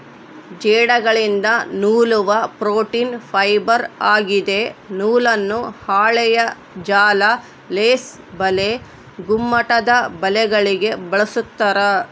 ಜೇಡಗಳಿಂದ ನೂಲುವ protein fibre ಆಗಿದೆ ನೂಲನ್ನು ಹಾಳೆಯ ಜಾಲ ಲೇಸ್ ಬಲೆ ಗುಮ್ಮಟದಬಲೆಗಳಿಗೆ ಬಳಸ್ತಾರ